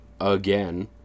again